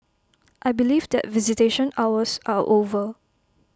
I believe that visitation hours are over